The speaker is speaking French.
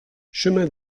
chemin